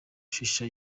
shisha